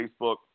Facebook